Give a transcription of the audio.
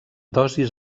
dosis